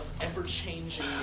ever-changing